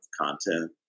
content